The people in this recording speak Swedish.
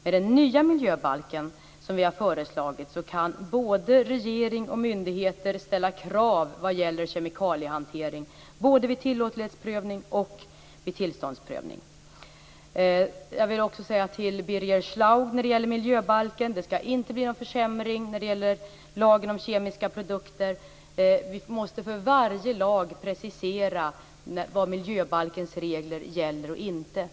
Med den nya miljöbalken, som vi har föreslagit, kan både regering och myndigheter ställa krav när det gäller kemikaliehantering, både vid tillåtlighetsprövning och vid tillståndsprövning. Till Birger Schlaug vill jag säga när det gäller miljöbalken att det inte skall bli någon försämring i fråga om lagen om kemiska produkter. Vi måste för varje lag precisera vad miljöbalkens regler gäller och inte gäller.